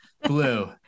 Blue